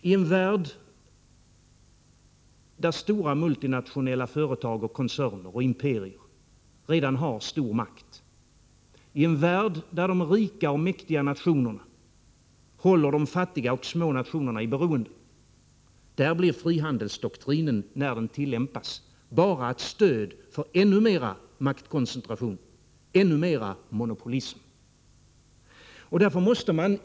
I en värld där stora multinationella företag, koncerner och imperier redan har stark makt, i en värld där de rika och mäktiga nationerna håller de fattiga och små nationerna i beroende, där blir frihandelsdoktrinen, när den tillämpas, bara ett stöd för ännu mera maktkoncentration, ännu mera monopolism.